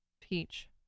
Peach